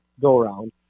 go-around